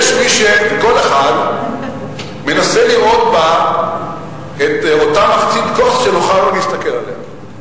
וכל אחד מנסה לראות בה את אותה מחצית כוס שנוח לו להסתכל עליה.